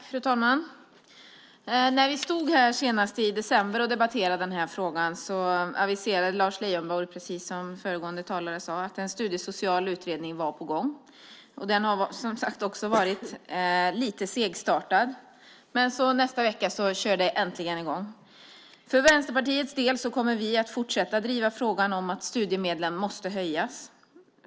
Fru talman! När vi stod här i december och debatterade denna fråga aviserade Lars Leijonborg, precis som föregående talare sade, att en studiesocial utredning var på gång. Den har, som också har sagts, varit lite segstartad. Men nästa vecka kör det i gång. För Vänsterpartiets del kommer vi att fortsätta att driva frågan att studiemedlen måste höjas.